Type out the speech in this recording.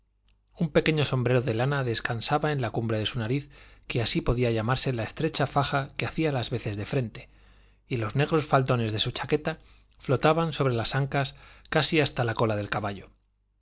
un pequeño sombrero de lana descansaba en la cumbre de su nariz que así podía llamarse la estrecha faja que hacía las veces de frente y los negros faldones de su chaqueta flotaban sobre las ancas casi hasta la cola del caballo